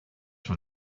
from